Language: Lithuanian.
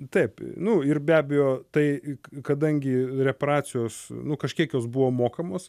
taip nu ir be abejo tai kadangi reparacijos nu kažkiek jos buvo mokamos